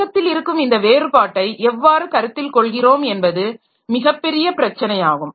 வேகத்தில் இருக்கும் இந்த வேறுபாட்டை எவ்வாறு கருத்தில் கொள்கிறோம் என்பது மிகப்பெரிய பிரச்சனையாகும்